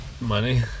money